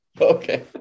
Okay